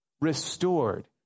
restored